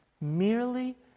merely